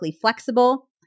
flexible